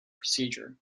procedure